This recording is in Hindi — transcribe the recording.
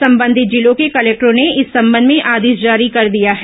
संबंधित जिलों के कलेक्टरों ने इस संबंध में आदेश जारी कर दिया है